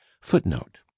Footnote